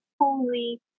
holy